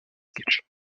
sketches